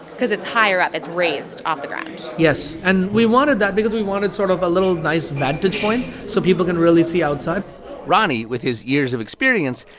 because it's higher up. it's raised off the ground yes. and we wanted that because we wanted sort of a little, nice vantage point so people can really see outside roni, with his years of experience,